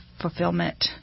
fulfillment